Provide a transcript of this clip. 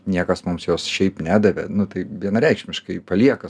niekas mums jos šiaip nedavė nu tai vienareikšmiškai palieka